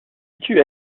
situe